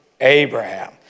Abraham